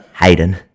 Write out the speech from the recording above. Hayden